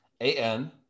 A-N